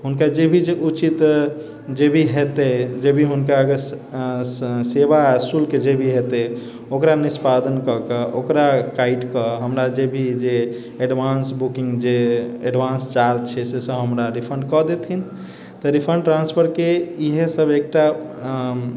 हुनका जे भी उचित जे भी हेतै जे भी हुनका अगर सऽ सेवा शुल्क जे भी हेतै ओकरा निष्पादन कए कऽ ओकरा काटि कऽ हमरा जे भी जे एडवान्स बुकिंग जे एडवान्स चार्ज छै से सब हमरा रिफण्ड कऽ देथिन तऽ रिफण्ड ट्रान्सफरके इएह सब एकटा अऽ